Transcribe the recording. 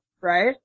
right